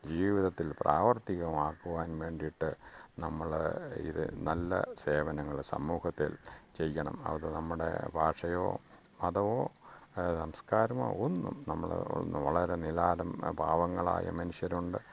ജീവിതത്തിൽ പ്രാവർത്തികമാക്കുവാൻ വേണ്ടിയിട്ട് നമ്മള് ഇത് നല്ല സേവനങ്ങള് സമൂഹത്തിൽ ചെയ്യണം അത് നമ്മുടെ ഭാഷയോ മതമോ സംസ്കാരമോ ഒന്നും നമ്മള് ഒന്നും വളരെ പാവങ്ങളായ മനുഷ്യരുണ്ട്